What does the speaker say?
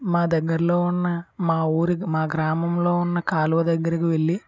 మా దగ్గర్లో ఉన్న మా ఊరి మా గ్రామంలో ఉన్న కాలువ దగ్గరకి వెళ్లి